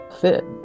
fit